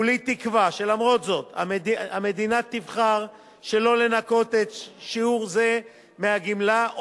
כולי תקווה שלמרות זאת המדינה תבחר שלא לנכות שיעור זה מהגמלה,